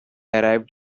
arrived